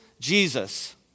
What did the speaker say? Jesus